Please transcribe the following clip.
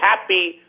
happy